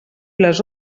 les